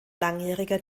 langjähriger